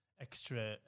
extra